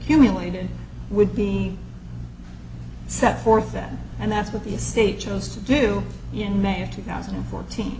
cumulated would be set forth that and that's what the estate chose to do in may of two thousand and fourteen